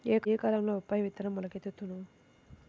ఏ కాలంలో బొప్పాయి విత్తనం మొలకెత్తును?